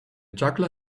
juggler